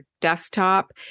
desktop